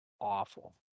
awful